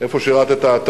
איפה שירתָ אתה?